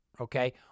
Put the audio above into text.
okay